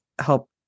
help